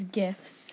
gifts